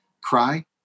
cry